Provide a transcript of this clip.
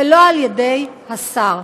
ולא על ידי השר.